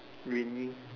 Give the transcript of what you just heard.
raining